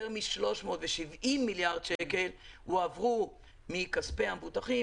יותר מ-370 מיליארד שקל הועברו מכספי המבוטחים